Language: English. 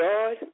God